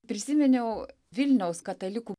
prisiminiau vilniaus katalikų